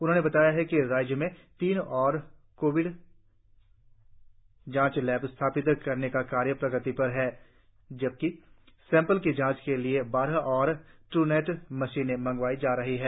उन्होंने बताया कि राज्य में तीन और कोविड जांच लैब स्थापित करने का कार्य प्रगति पर है जबकि सैंपल की जांच के लिए बारह और ड्रूनेट मशीने मगाई जा रही है